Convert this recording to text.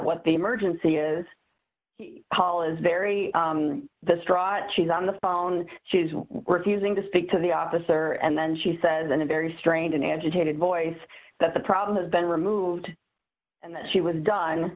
what the emergency is paul is very distraught she's on the phone she's refusing to speak to the officer and then she says in a very strange and agitated voice that the problem has been removed and that she was done